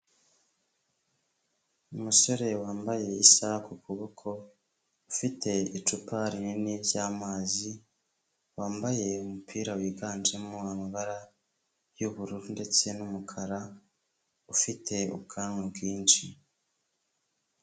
Umusore wambaye isaha ku kuboko, ufite icupa rinini ry'amazi, wambaye umupira wiganjemo amabara y'ubururu ndetse n'umukara, ufite ubwanwa bwinshi.